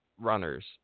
runners